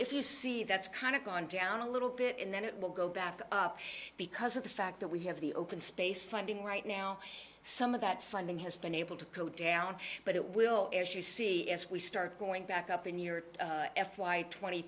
if you see that's kind of gone down a little bit and then it will go back up because of the fact that we have the open space funding right now some of that funding has been able to cool down but it will as you see as we start going back up in your f y twenty